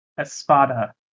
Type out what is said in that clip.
Espada